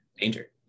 danger